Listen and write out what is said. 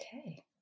Okay